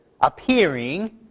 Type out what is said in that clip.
appearing